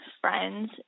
friends